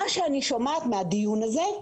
מה שאני שומעת מהדיון הזה,